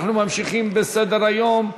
אנחנו ממשיכים בסדר-היום.